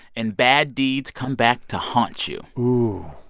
and bad deeds come back to haunt you. ooh.